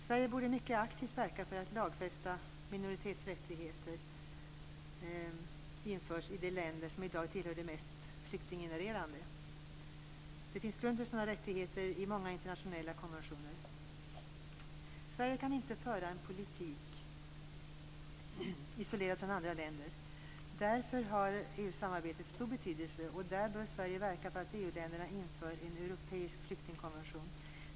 Sverige borde mycket aktivt verka för att lagfästa minoritetsrättigheter införs i de länder som i dag tillhör de mest flyktinggenererande. Det finns grund för sådana rättigheter i många internationella konventioner. Sverige kan inte föra en politik isolerat från andra länder. Därför har EU-samarbetet stor betydelse, och där bör Sverige verka för att EU-länderna inför en europeisk flyktingkonvention.